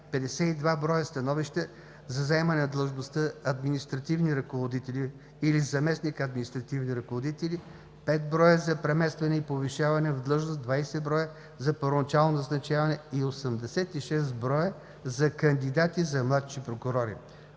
52 броя становища за заемане длъжността административни ръководители или заместник-административни ръководители, 5 броя за преместване и повишаване в длъжност, 20 броя за първоначално назначаване и 86 броя за кандидати за младши прокурори.